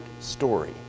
story